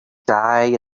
die